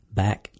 back